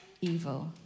evil